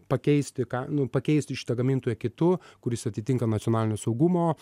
pakeisti ką nu pakeisti šitą gamintoją kitu kuris atitinka nacionalinio saugumo